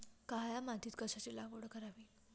काळ्या मातीत कशाची लागवड करावी?